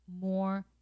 more